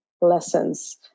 lessons